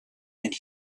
and